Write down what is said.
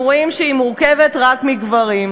אנחנו רואים שהיא מורכבת רק מגברים,